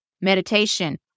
meditation